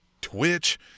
Twitch